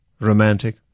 Romantic